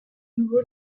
nouveau